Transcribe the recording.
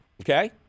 okay